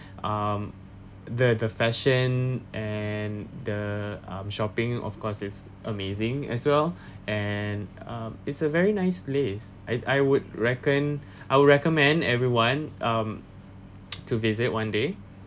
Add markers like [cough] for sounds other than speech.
um the the fashion and the um shopping of course it's amazing as well [breath] and uh it's a very nice place I I would recon~ I would recommend everyone um [noise] to visit one day